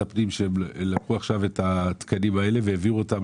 הפנים שלקחו את התקנים האלה והעבירו אותם